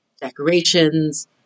decorations